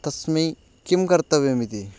तस्मै किं कर्तव्यम् इति